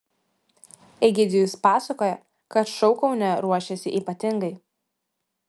egidijus pasakoja kad šou kaune ruošiasi ypatingai